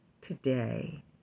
today